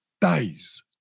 days